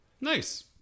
Nice